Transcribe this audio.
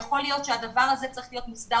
יכול להיות שהדבר הזה צריך להיות מוסדר